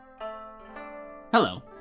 Hello